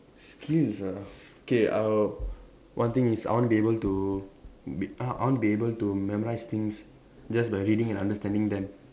skills ah K uh one thing is I want to be able to be I I want to be able to memorise things just by reading and understanding them